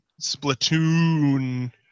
Splatoon